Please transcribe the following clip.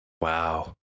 Wow